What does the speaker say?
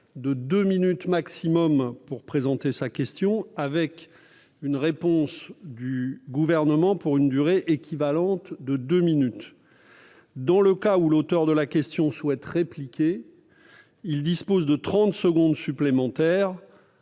de deux minutes au maximum pour présenter sa question, avec une réponse du Gouvernement pour une durée équivalente. Dans le cas où l'auteur de la question souhaite répliquer, il dispose de trente secondes supplémentaires,